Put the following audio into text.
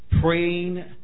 Praying